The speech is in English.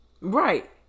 Right